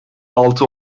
altı